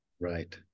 right